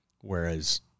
Whereas